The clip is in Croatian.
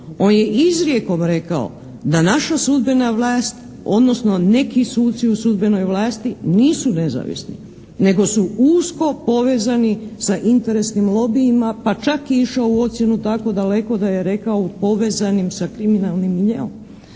On je izrijekom rekao da naša sudbena vlast, odnosno neki suci u sudbenoj vlasti nisu nezavisni nego su usko povezani za interesnim lobijama. Pa čak je išao u ocjenu tako daleko da je rekao "povezanim sa kriminalnim miljeom".